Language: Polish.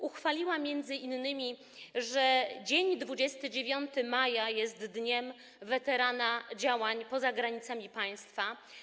Uchwalono w niej m.in., że dzień 29 maja jest Dniem Weterana Działań poza Granicami Państwa.